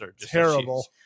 terrible